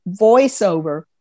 voiceover